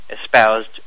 espoused